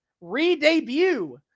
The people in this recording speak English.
re-debut